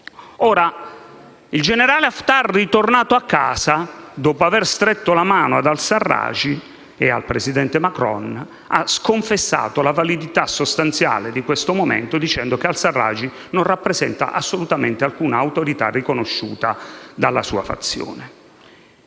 Ora, il generale Haftar, tornato a casa dopo aver stretto la mano ad al-Serraj e al presidente Macron, ha sconfessato la validità sostanziale di questo momento, dicendo che al-Serraj non rappresenta assolutamente alcuna autorità riconosciuta dalla sua fazione.